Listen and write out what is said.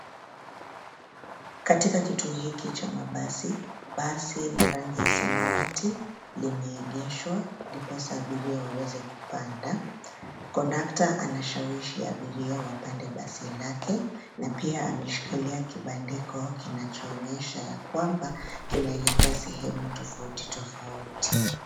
Katika kituo hiki cha mabasi. Basi la rangi ya samawati limeegeshwa ndiposa abiria waweze kupanda. Kondakta anashawishi abiria wapande basi lake na pia ameshikilia kibandiko kinachaonyesha ya kwamba kinaelekea sehemu tofautitofauti.